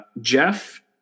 Jeff